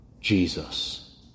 Jesus